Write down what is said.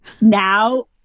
now